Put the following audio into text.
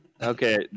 Okay